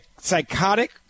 psychotic